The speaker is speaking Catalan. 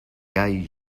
gai